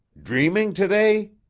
dreaming today?